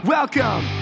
Welcome